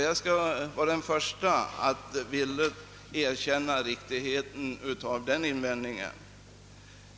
Jag skall vara den första att villigt erkänna riktigheten av den invändningen.